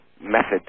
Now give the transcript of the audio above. method